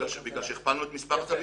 בגלל שהכפלנו את מספר התלמידים.